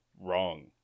wrong